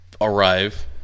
arrive